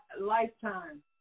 lifetime